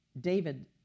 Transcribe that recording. David